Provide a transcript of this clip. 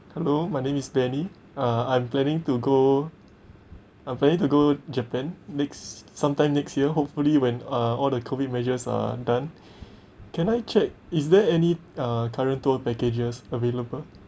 hello my name is benny uh I'm planning to go I'm planning to go japan next sometime next year hopefully when uh all the COVID measures are done can I check is there any uh current tour packages available